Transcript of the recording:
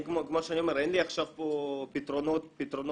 כמו שאני אומר, אין לי פתרונות קסם.